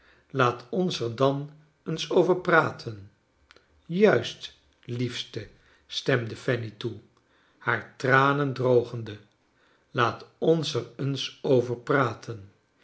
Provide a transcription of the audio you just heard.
laat ons er dan eens over prat en juist liefste stemde fanny toe haar tranen drogende laat ons er eens over praten